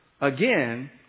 again